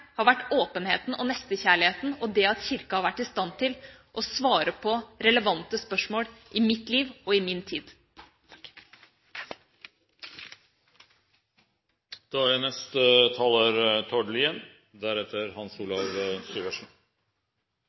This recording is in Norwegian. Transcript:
har vært åpenheten og nestekjærligheten og det at Kirka har vært i stand til å svare på relevante spørsmål i mitt liv og min tid. Den 21. mai 2012 er